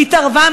התערבה,